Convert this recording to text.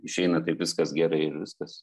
išeina taip viskas gerai ir viskas